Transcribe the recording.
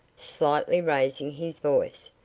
slightly raising his voice,